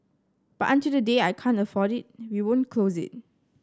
but until the day I can't afford it we won't close it